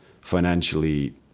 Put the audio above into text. financially